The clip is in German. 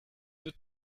wird